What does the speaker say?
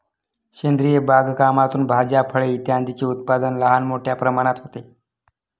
सेंद्रिय बागकामातून भाज्या, फळे इत्यादींचे उत्पादन लहान मोठ्या प्रमाणात होते